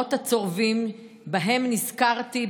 והזיכרונות הצורבים שבהם נזכרתי,